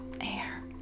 air